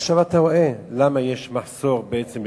עכשיו אתה רואה למה בעצם יש מחסור בשוטרים.